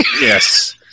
Yes